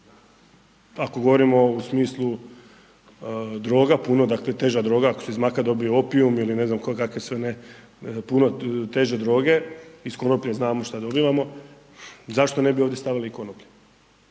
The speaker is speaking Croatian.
ako govorimo u smislu droga, puno, dakle, teža droga, ako se iz maka dobije opium ili ne znam, kakve sve ne puno teže droge, iz konoplje znamo šta dobivamo, zašto ne bi ovdje stavili i konoplje,